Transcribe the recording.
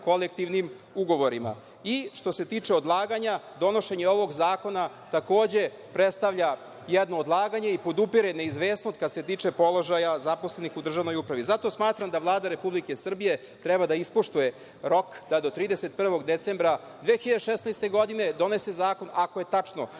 kolektivnim ugovorima. Što se tiče odlaganja, donošenje ovog zakona takođe predstavlja jedno odlaganje i podupire neizvesnost kad se tiče položaja zaposlenih u državnoj upravi. Zato smatram da Vlada Republike Srbije treba da ispoštuje rok da do 31 decembra 2016. godine donese zakon, ako je tačno